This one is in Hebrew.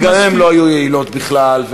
שלא היו יעילות בכלל,